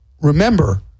remember